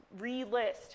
relist